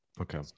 Okay